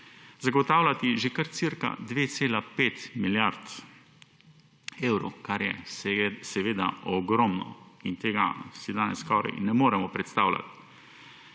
zagotavljati že kar ca 2,5 milijard evrov, kar je seveda ogromno in tega si danes skoraj ne moremo predstavljati.